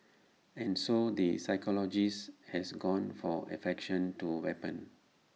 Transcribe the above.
and so the psychologist has gone for affectation to weapon